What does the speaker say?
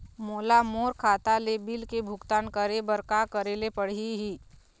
मोला मोर खाता ले बिल के भुगतान करे बर का करेले पड़ही ही?